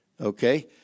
Okay